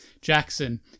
Jackson